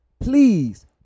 please